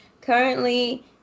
Currently